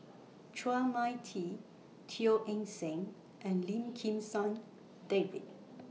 Chua Mia Tee Teo Eng Seng and Lim Kim San David